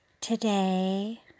Today